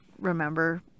remember